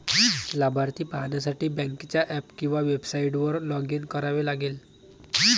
लाभार्थी पाहण्यासाठी बँकेच्या ऍप किंवा वेबसाइटवर लॉग इन करावे लागेल